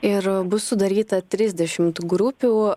ir bus sudaryta trisdešimt grupių